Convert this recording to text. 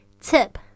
Tip